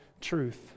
truth